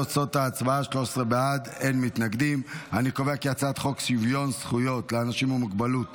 את הצעת חוק שוויון זכויות לאנשים עם מוגבלות